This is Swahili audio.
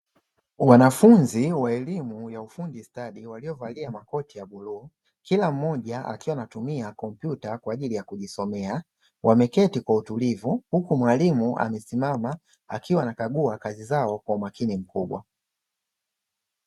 Wanafunzi wa elimu ya ufundi stadi waliovalia makoti ya bluu, kila mmoja akiwa anatumia kompyuta kwa ajili ya kujisomea wameketi kwa utulivu; huku mwalimu amesimama akiwa anakagua kazi zao kwa umakini mkubwa.